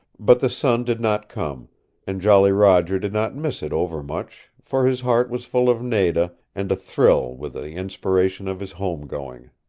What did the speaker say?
but the sun did not come and jolly roger did not miss it over-much for his heart was full of nada, and a-thrill with the inspiration of his home-going.